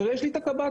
כי פשוט